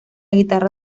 guitarra